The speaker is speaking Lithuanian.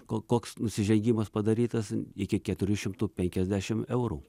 koks nusižengimas padarytas iki keturių šimtų penkiasdešimt eurų